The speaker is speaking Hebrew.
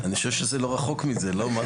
אני חושב שזה לא רחוק מזה, לא?